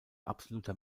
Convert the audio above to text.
absoluter